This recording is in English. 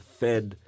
fed